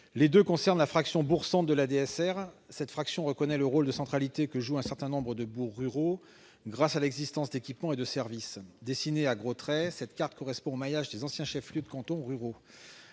l'objet porte sur la fraction bourg-centre de la DSR. Cette fraction reconnaît le rôle de centralité que jouent un certain nombre de bourgs ruraux grâce à l'existence d'équipements et de services. Dessinée à gros traits, la carte des communes concernées correspond au maillage des anciens chefs-lieux de cantons ruraux.